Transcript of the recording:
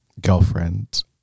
girlfriend